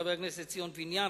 חבר הכנסת ציון פיניאן,